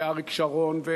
ואריק שרון,